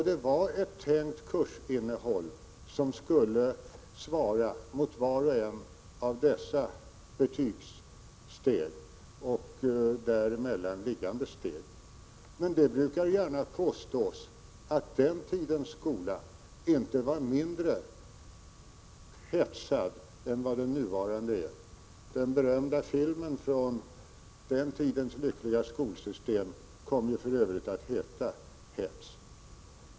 Det var då ett tänkt kursinnehåll som skulle svara mot vart och ett av dessa betygssteg. Men det brukar gärna påstås att den tidens skola inte var mindre hetsad än den nuvarande är. Den berömda filmen om den tidens ”lyckliga” skolsystem kom för övrigt att heta Hets.